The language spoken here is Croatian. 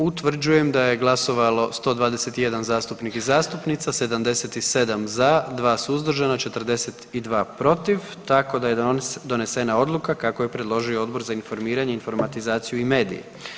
Utvrđujem da je glasovalo 121 zastupnik i zastupnica, 77 za, 2 suzdržana, 42 protiv, tako da je donesena Odluka kako ju je predložio Odbor za informiranje, informatizaciju i medije.